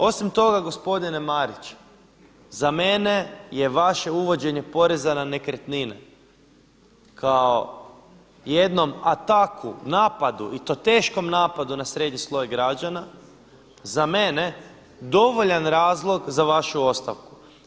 Osim toga gospodine Marić za mene je vaše uvođenje poreza na nekretnine kao jednom ataku, napadu i to teškom napadu na srednji sloj građana, za mene dovoljan razlog za vašu ostavku.